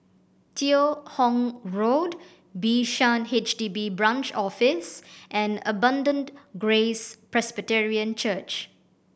Teo Hong Road Bishan H D B Branch Office and Abundant Grace Presbyterian Church